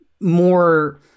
more